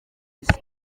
isco